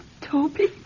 Toby